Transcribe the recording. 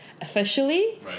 officially